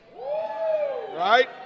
Right